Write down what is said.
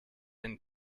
and